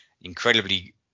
incredibly